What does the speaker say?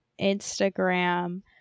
instagram